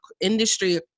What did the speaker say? industry